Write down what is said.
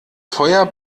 feuer